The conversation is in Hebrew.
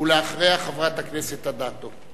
ולאחריה, חברת הכנסת אדטו.